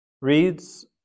reads